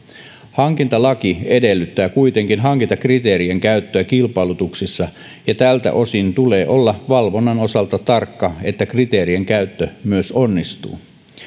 hankintalaki edellyttää kuitenkin hankintakriteerien käyttöä kilpailutuksissa ja tältä osin tulee olla valvonnan osalta tarkka että kriteerien käyttö myös onnistuu